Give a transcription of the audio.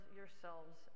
yourselves